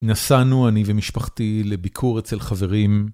נסענו אני ומשפחתי לביקור אצל חברים.